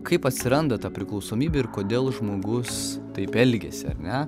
kaip atsiranda ta priklausomybė ir kodėl žmogus taip elgiasi ar ne